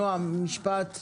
נעם דן, משפט.